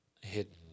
hidden